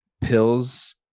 pills